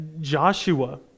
Joshua